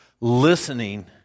listening